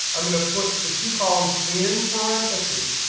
i'm going to put the two columns in parentheses.